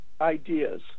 ideas